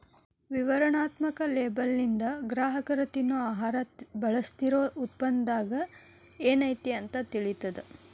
ವಿವರಣಾತ್ಮಕ ಲೇಬಲ್ಲಿಂದ ಗ್ರಾಹಕರ ತಿನ್ನೊ ಆಹಾರ ಬಳಸ್ತಿರೋ ಉತ್ಪನ್ನದಾಗ ಏನೈತಿ ಅಂತ ತಿಳಿತದ